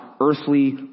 earthly